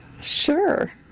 Sure